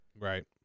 right